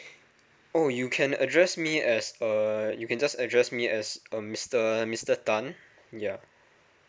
oh you can address me as a you can just address me as um mister mister tan yeah